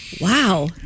Wow